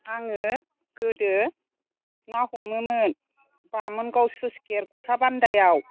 आङो गोदो ना हमोमोन बामोनगाव स्लुइस गेट गलाबान्दायाव